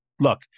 Look